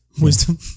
wisdom